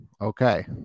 Okay